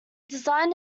design